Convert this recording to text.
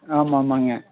ஆமாம் ஆமாங்க